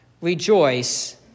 Rejoice